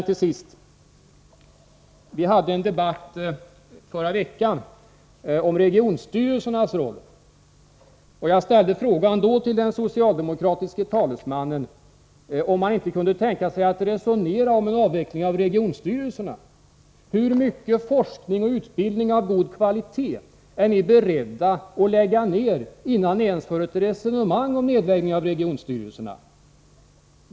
Till sist: Vi hade en debatt i förra veckan om regionstyrelsernas roll, och jag ställde en fråga till den socialdemokratiske talesmannen, om man inte kunde tänka sig att resonera om en avveckling av regionstyrelserna. Hur mycket forskning och utbildning av god kvalitet är ni beredda att lägga ned innan ni ens för ett resonemang om nedläggning av regionstyrelserna?